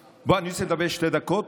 בוא, אני רוצה לדבר שתי דקות.